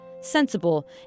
sensible